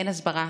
אין הסברה,